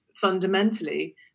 fundamentally